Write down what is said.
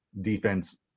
defense